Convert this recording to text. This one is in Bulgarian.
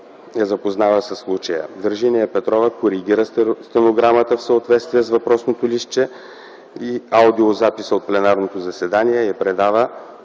я запознава със случая. Виржиния Петрова коригира стенограмата в съответствие с въпросното листче и аудиозаписа от пленарното заседание и я предава